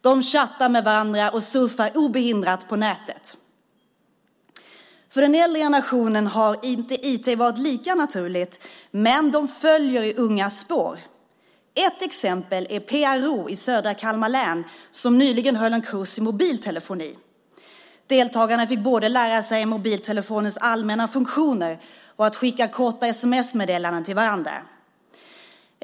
De chattar med varandra och surfar obehindrat på nätet. För den äldre generationen har IT inte varit lika naturligt, men de följer i de ungas spår. Ett exempel är PRO i södra Kalmar län som nyligen höll en kurs i mobiltelefoni. Deltagarna fick både lära sig mobiltelefonens allmänna funktioner och att skicka korta sms till varandra.